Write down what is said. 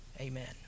Amen